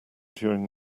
during